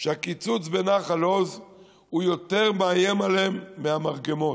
שהקיצוץ בנחל עוז יותר מאיים עליהם מהמרגמות,